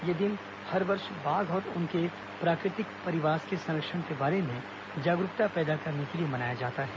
यह दिन हर वर्ष बाघ और उनके प्राकृतिक परिवास के सरंक्षण के बारे में जागरूकता पैदा करने के लिए मनाया जाता है